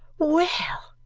well,